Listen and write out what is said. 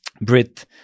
Brit